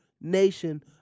nation